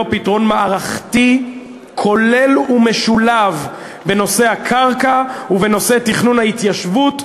פתרון מערכתי כולל ומשולב בנושא הקרקע ובנושא תכנון ההתיישבות,